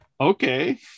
Okay